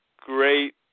great